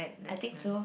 I think so